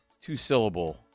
two-syllable